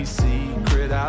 secret